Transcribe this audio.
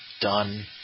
done